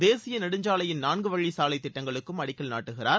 தேசிய நெடுஞ்சாலையின் நான்கு வழிச்சாலை திட்டங்களுக்கும் அடிக்கல் நாட்டுகிறார்